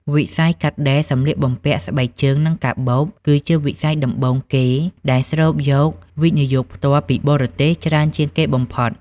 វិស័យកាត់ដេរ សម្លៀកបំពាក់ ស្បែកជើង និងកាបូប គឺជាវិស័យដំបូងគេដែលស្រូបយក វិនិយោគផ្ទាល់ពីបរទេស ច្រើនជាងគេបំផុត។